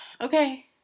okay